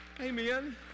Amen